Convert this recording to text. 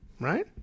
right